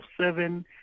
seven